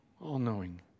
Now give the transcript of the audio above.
all-knowing